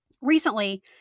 Recently